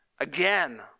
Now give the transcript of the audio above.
again